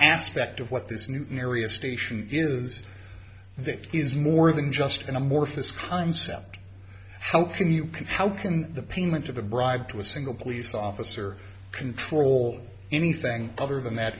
aspect of what this new area station is that is more than just an amorphous concept how can you how can the payment of a bribe to a single police officer control anything other than that